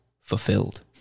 fulfilled